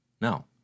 No